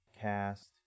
cast